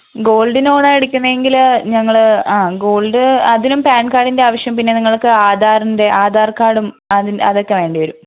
gold loan എടുക്കണമെങ്കില് ഞങ്ങള് gold അതിനും പാൻകാർഡിന്റെ ആവശ്യം പിന്നെ നിങ്ങൾക്ക് ആധാറിന്റെ ആധാർ കാർഡും അതിന്റെ അതൊക്കെ വേണ്ടിവരും